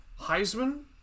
Heisman